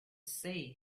sea